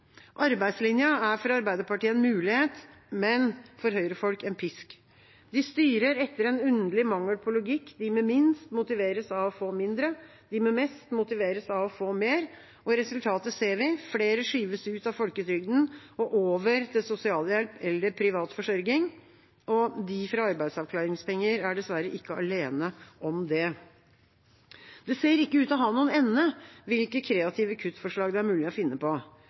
Arbeidslinja er for Arbeiderpartiet en mulighet, men for høyrefolk en pisk. De styrer etter en underlig mangel på logikk – de med minst motiveres av å få mindre, de med mest motiveres av å få mer. Resultatet ser vi. Flere skyves ut av folketrygden og over til sosialhjelp eller privat forsørging. De med arbeidsavklaringspenger er dessverre ikke alene om det. Det ser ikke ut til å ha noen ende, hvilke kreative kuttforslag det er mulig å finne på.